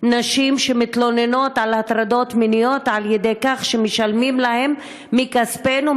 נשים שמתלוננות על הטרדות מיניות על-ידי כך שמשלמים להן מכספנו,